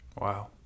Wow